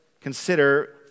consider